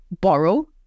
borrow